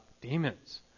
demons